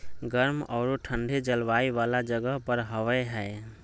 गर्म औरो ठन्डे जलवायु वाला जगह पर हबैय हइ